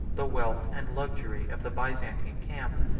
the wealth and luxury of the byzantine camp,